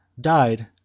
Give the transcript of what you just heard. died